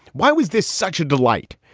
why was this such a delight?